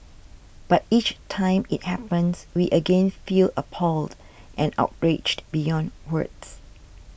but each time it happens we again feel appalled and outraged beyond words